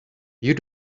you